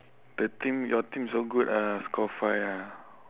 the team your team so good ah score five ah